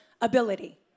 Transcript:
ability